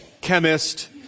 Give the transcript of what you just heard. chemist